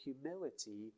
humility